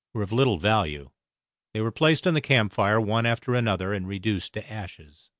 were of little value they were placed on the camp fire one after another, and reduced to ashes.